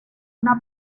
una